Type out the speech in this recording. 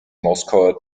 moskauer